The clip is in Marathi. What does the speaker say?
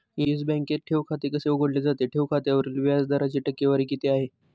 येस बँकेत ठेव खाते कसे उघडले जाते? ठेव खात्यावरील व्याज दराची टक्केवारी किती आहे?